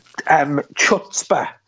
Chutzpah